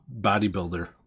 bodybuilder